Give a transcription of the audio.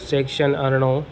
section अरिड़हं